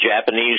Japanese